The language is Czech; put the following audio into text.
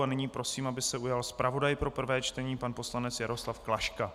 A nyní prosím, aby se slova ujal zpravodaj pro prvé čtení pan poslanec Jaroslav Klaška.